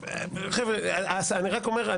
חבר'ה, אני רק אומר.